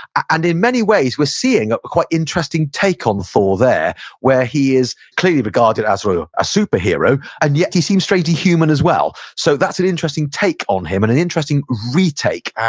and in many ways, we're seeing a quite interesting take on thor there where he is clearly regarded as a superhero and yet he seems strangely human as well. so that's an interesting take on him and an interesting retake,